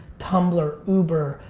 tumblr, uber,